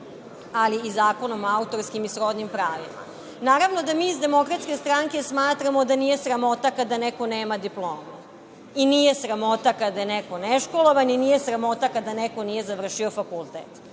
ali i Zakonom i srodnim pravima. Naravno da mi iz DS smatramo da nije sramota kada neko nema diplomu i nije sramota kada je neko neškolovan i nije sramota kada neko nije završio fakultet.